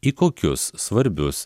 į kokius svarbius